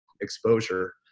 exposure